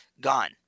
gone